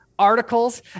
articles